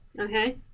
Okay